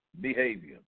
behavior